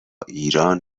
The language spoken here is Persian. ایران